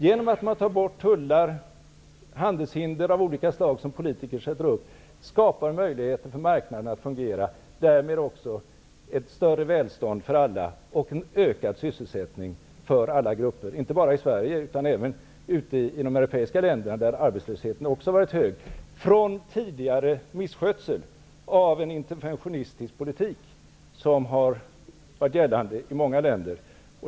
Genom att man tar bort tullar och andra handelshinder av olika slag som politiker sätter upp skapar man möjligheter för marknaden att fungera. Därmed skapar man också ett större välstånd för alla och en ökad sysselsättning för alla grupper, inte bara i Sverige utan även i andra europeiska länder där arbetslösheten tidigare har varit hög på grund av tidigare misskötsel genom en interventionistisk politik som varit gällande i många länder.